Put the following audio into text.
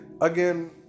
again